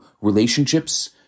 relationships